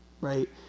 right